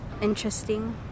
Interesting